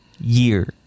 Year